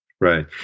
Right